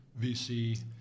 VC